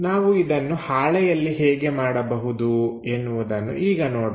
ನಾವು ಇದನ್ನು ಹಾಳೆಯಲ್ಲಿ ಹೇಗೆ ಮಾಡಬಹುದು ಎನ್ನುವುದನ್ನು ಈಗ ನೋಡೋಣ